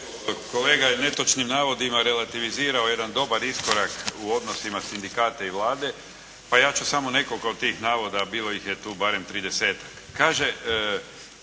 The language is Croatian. Kolega je netočnim navodima relativizirao jedan dobar iskorak u odnosima sindikata i Vlade, pa ja ću samo nekoliko od tih navoda, a bilo ih je tu barem